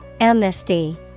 Amnesty